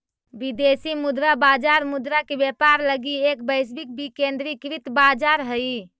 विदेशी मुद्रा बाजार मुद्रा के व्यापार लगी एक वैश्विक विकेंद्रीकृत बाजार हइ